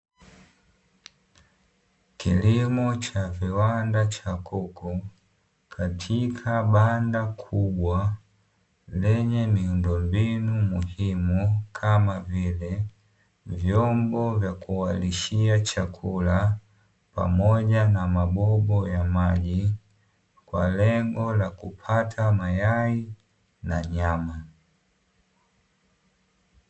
Kilimo cha viwanda cha kuku katika banda kubwa lenye miundo mbinu muhimu kama vile vyombo vya kuwalishia chakula pamoja na mabobo ya maji kwa lengo la kupata mayai na nyama.